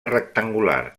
rectangular